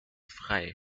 frei